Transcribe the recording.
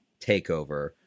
takeover